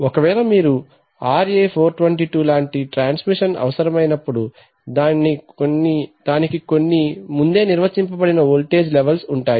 ఒకవేళ మీరు RA422 లాంటి ట్రాన్స్మిషన్ అవసరమైనప్పుడు దానికి కొన్ని ముందే నిర్వచింపడిన వోల్టేజ్ లెవెల్స్ ఉంటాయి